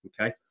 Okay